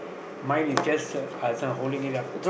mine is just uh this one holding it up